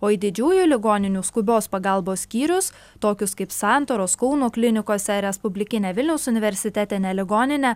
o į didžiųjų ligoninių skubios pagalbos skyrius tokius kaip santaros kauno klinikos ar respublikinę vilniaus universitetinę ligoninę